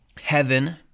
heaven